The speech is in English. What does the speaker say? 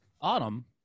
Autumn